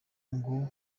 ngo